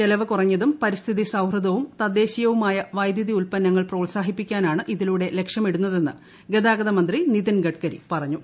ചെലവ് കുറഞ്ഞതും പരിസ്ഥിത സൌഹൃദവും തുദ്ദേശീയവുമായ വൈദ്യുതി ഉത്പന്നങ്ങൾ പ്രോത്സാഹിപ്പിക്കാനാണ്ട് ഇതിലൂടെ ഗതാഗതമന്ത്രി നിതിൻ ഗഡ്കരി പറഞ്ഞു